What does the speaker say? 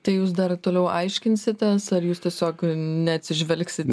tai jūs dar toliau aiškinsitės ar jūs tiesiog neatsižvelgsi